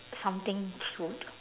something